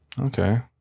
Okay